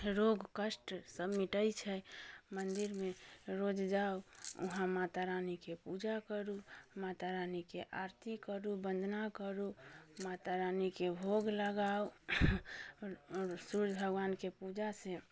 रोग कष्ट सभ मिटै छै मन्दिर मे रोज जाउ उहाँ माता रानीके पूजा करू माता रानीके आरती करू बन्दना करू माता रानीके भोग लगाउ आओर सूर्य भगवानके पूजासँ